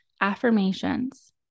affirmations